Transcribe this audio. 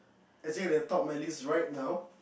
actually the top my list right now